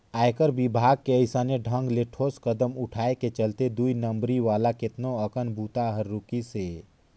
आयकर विभाग के अइसने ढंग ले ठोस कदम उठाय के चलते दुई नंबरी वाला केतनो अकन बूता हर रूकिसे